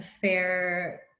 fair